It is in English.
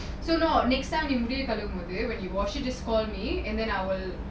so not next time நீ முடிய கழுவும் போது:nee mudiya kaluvum bothu when you wash it just call me and then I will